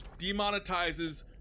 demonetizes